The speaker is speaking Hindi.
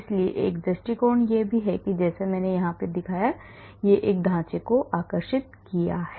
इसलिए एक दृष्टिकोण यह है कि मैंने यहां दिखाए गए ढांचे को आकर्षित किया है